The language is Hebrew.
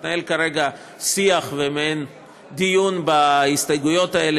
מתנהל כרגע שיח ומעין דיון בהסתייגויות האלה,